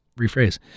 rephrase